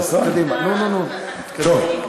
קדימה, נו, נו, נו, תתקדם.